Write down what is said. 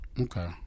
Okay